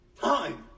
Time